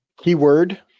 Keyword